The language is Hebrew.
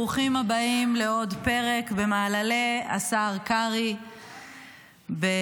ברוכים הבאים לעוד פרק במעללי השר קרעי ברצונו